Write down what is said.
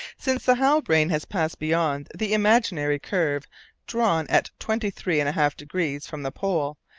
since the halbrane has passed beyond the imaginary curve drawn at twenty-three and a half degrees from the pole,